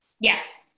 Yes